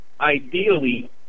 ideally